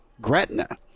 Gretna